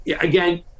again